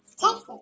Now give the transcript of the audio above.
Texas